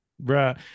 right